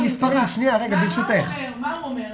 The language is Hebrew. מה הוא אומר?